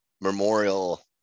memorial